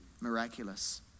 Miraculous